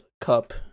Cup